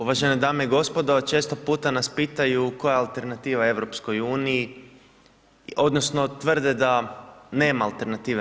Uvažene dame i gospodo, često puta nas pitaju, koja je alternativa EU, odnosno, tvrde da nema alternative.